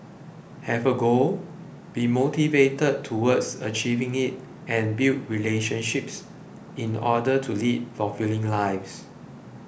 have a goal be motivated towards achieving it and build relationships in order to lead fulfilling lives